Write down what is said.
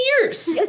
years